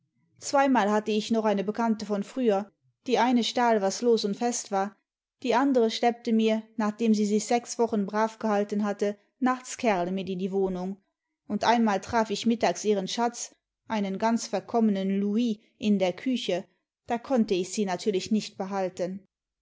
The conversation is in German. zweimal hatte ich noch eine bekannte von früher die eine stahl was los und fest war die andere schleppte mir nachdem sie sich sechs wochen brav gehalten hatte nachts kerle mit in die wohnung und einmal traf ich mittags ihren schatz einen ganz verkonmienen louis in der küche da konnte ich sie natürlich nicht behalten